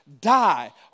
die